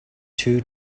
two